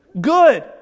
good